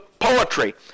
poetry